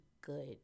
good